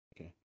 Okay